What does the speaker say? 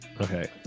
Okay